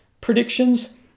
predictions